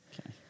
Okay